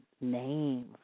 name